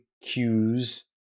cues